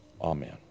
Amen